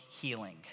healing